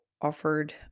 offered